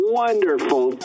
wonderful